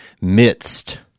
midst